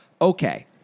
okay